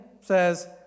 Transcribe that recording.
says